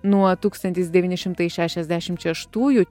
nuo tūkstantis devyni šimtai šešiasdešimt šeštųjų